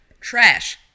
Trash